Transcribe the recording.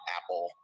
Apple